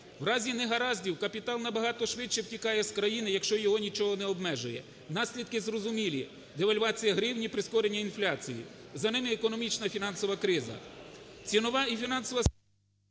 В разі негараздів капітал набагато швидше втікає з країни, якщо його нічого не обмежує. Наслідки зрозумілі: девальвація гривні, прискорення інфляції, за ними – економічно-фінансова криза.